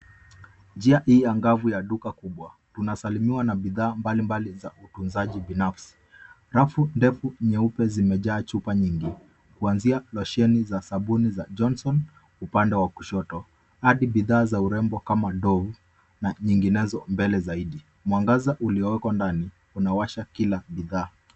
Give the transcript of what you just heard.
Njia hii angavu ya duka kubwa, tunasalimiwa na bidhaa mbalimbali za utunzaji binafsi. Rafu ndefu nyeupe zimejaa chupa kuanzia rosheni za sabuni za, Johnson, upande wa kushoto hadi bidhaa za urembo kama ndovu na nyinginezo mbele zaidi. Mwangaza ulioko ndani unawasha kila bidhaa.